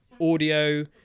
audio